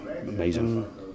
Amazing